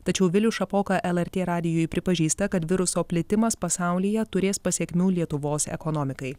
tačiau vilius šapoka lrt radijui pripažįsta kad viruso plitimas pasaulyje turės pasekmių lietuvos ekonomikai